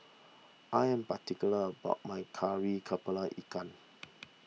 I am particular about my Kari Kepala Ikan